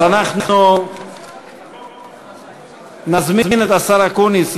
אז אנחנו נזמין את השר אקוניס,